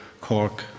Cork